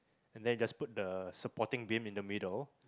and then you just put the supporting bin in the middle